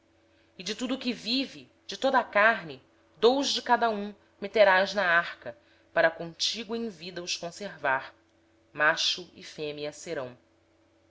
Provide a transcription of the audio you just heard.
filhos de tudo o que vive de toda a carne dois de cada espécie farás entrar na arca para os conservares vivos contigo macho e fêmea serão